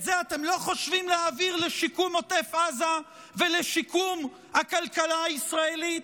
את זה אתם לא חושבים להעביר לשיקום עוטף עזה ולשיקום הכלכלה הישראלית?